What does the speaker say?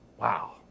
Wow